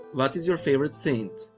what is your favorite saint?